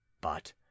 But